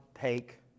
take